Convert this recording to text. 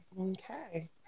Okay